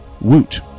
woot